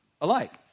alike